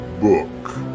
book